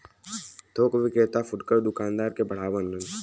थोक विक्रेता फुटकर दूकानदार के बढ़ावलन